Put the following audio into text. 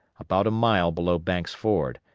about a mile below banks' ford,